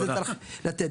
ואתה זה צריך לתת.